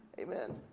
Amen